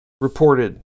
reported